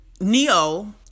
Neo